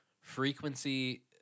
frequency